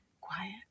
Quiet